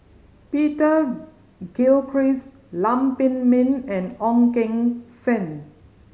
Peter Gilchrist Lam Pin Min and Ong Keng Sen